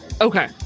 Okay